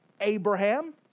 Abraham